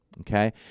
Okay